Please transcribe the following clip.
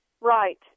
Right